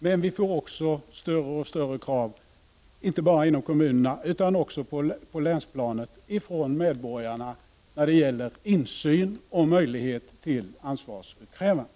Men det ställs också större och större krav, inte bara inom kommunerna utan också på länsplanet från medbor = Prot. 1989/90:35 garna, på insyn och möjlighet till ansvarsutkrävande.